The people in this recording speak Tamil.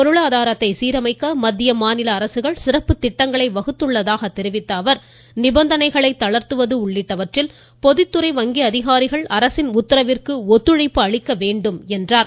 பொருளாதாரத்தை சீரமைக்க மத்திய மாநில அரசுகள் சிறப்பு திட்டங்களை வகுத்துள்ளதாக தெரிவித்த அவர் நிபந்தனைகளை தளர்த்துவது உள்ளிட்டவற்றில் பொதுத்துறை வங்கி அதிகாரிகள் அரசின் உத்தரவிற்கு ஒத்துழைப்பு அளிக்க வேண்டும் என்றார்